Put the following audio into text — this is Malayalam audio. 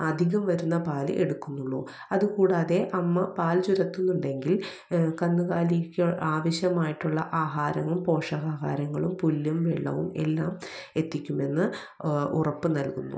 അധികം വരുന്ന പാല് എടുക്കുന്നുള്ളു അത് കൂടാതെ അമ്മ പാൽ ചുരത്തുന്നുണ്ടെങ്കിൽ കന്നുകാലിക്ക് ആവശ്യമായിട്ടുള്ള ആഹാരവും പോഷകാഹാരങ്ങളും പുല്ലും വെള്ളവും എല്ലാം എത്തിക്കുമെന്ന് ഉറപ്പ് നൽകുന്നു